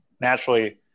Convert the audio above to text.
naturally